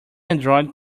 android